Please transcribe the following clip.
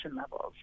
levels